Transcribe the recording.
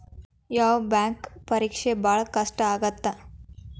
ಯಾವ್ ಬ್ಯಾಂಕ್ ಪರೇಕ್ಷೆ ಭಾಳ್ ಕಷ್ಟ ಆಗತ್ತಾ?